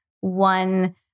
one